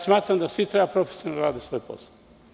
Smatram da svi treba da profesionalno rade svoj posao.